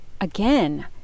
again